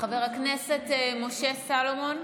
חבר הכנסת משה סלומון,